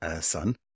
son